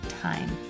Time